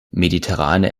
mediterrane